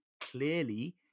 clearly